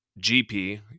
GP